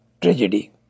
tragedy